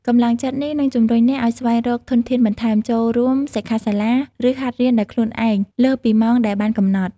កម្លាំងចិត្តនេះនឹងជំរុញអ្នកឱ្យស្វែងរកធនធានបន្ថែម ចូលរួមសិក្ខាសាលា ឬហាត់រៀនដោយខ្លួនឯងលើសពីម៉ោងដែលបានកំណត់។